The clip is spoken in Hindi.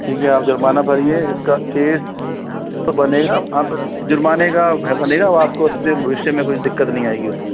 देखिए आप जुर्माना भरिए इसका केस तो बनेगा आप जुर्माने भविष्य में कोई दिक्कत नहीं आएगी